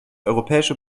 europäische